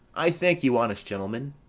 i thank you, honest gentlemen.